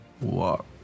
walk